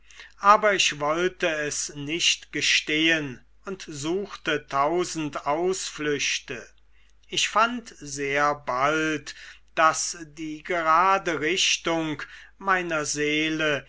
aber ich wollte es nicht gestehen und suchte tausend ausflüchte ich fand sehr bald daß die gerade richtung meiner seele